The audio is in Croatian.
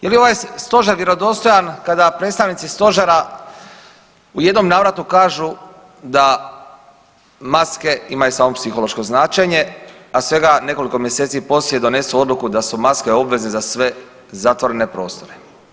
Je li ovaj stožer vjerodostojan kada predstavnici stožera u jednom navratu kažu da maske imaju samo psihološko značenje, a svega nekoliko mjeseci poslije donesu odluku da su maske obvezne za sve zatvorene prostore?